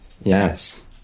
yes